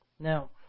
Now